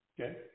Okay